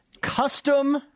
Custom